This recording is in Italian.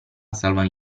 salvano